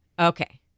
Okay